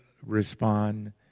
respond